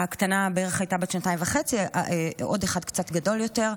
הקטנה הייתה בערך בת שנתיים וחצי והיה עוד אחד קצת גדול יותר.